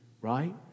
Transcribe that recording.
right